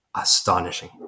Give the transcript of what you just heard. astonishing